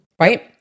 Right